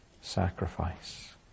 sacrifice